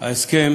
הסכם